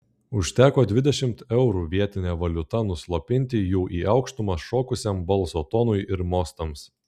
užteko dvidešimt eurų vietine valiuta nuslopinti jų į aukštumas šokusiam balso tonui ir mostams